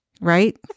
Right